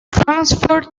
transferred